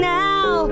now